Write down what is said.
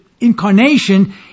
Incarnation